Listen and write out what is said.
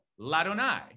Ladonai